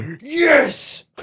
Yes